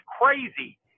crazy